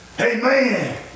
Amen